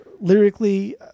lyrically